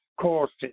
courses